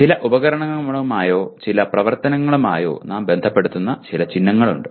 ചില ഉപകരണങ്ങളുമായോ ചില പ്രവർത്തനങ്ങളുമായോ നാം ബന്ധപ്പെടുത്തുന്ന ചില ചിഹ്നങ്ങളുണ്ട്